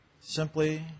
simply